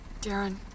Darren